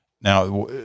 now